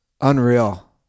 Unreal